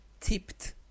tipped